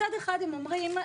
מצד אחד הם אומרים,